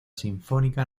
sinfónica